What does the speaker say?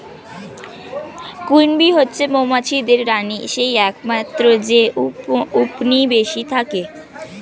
queen bee হচ্ছে মৌমাছিদের রানী যেই একমাত্র যে উপনিবেশে থাকে